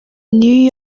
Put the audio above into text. new